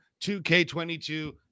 2K22